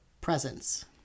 presence